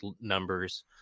numbers